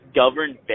governed